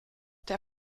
der